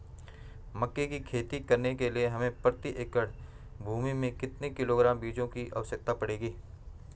मक्का की खेती करने के लिए हमें प्रति एकड़ भूमि में कितने किलोग्राम बीजों की आवश्यकता पड़ती है?